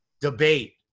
debate